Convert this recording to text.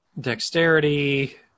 Dexterity